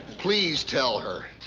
please tell her.